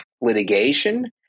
litigation